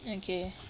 okay